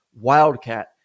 Wildcat